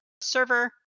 server